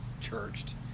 churched